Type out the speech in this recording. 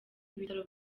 ibitaro